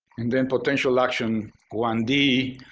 and then potential action one d,